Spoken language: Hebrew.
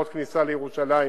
עוד כניסה לירושלים.